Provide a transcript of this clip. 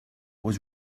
was